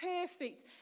perfect